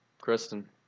Kristen